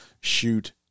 shoot –